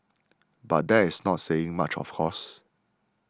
but that's not saying much of course